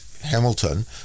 Hamilton